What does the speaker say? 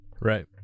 Right